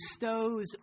bestows